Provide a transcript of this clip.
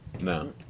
No